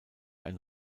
ein